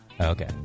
Okay